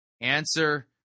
Answer